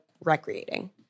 recreating